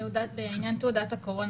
בעניין תעודת הקורונה,